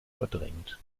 verdrängt